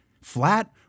Flat